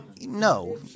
No